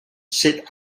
sit